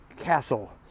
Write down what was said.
castle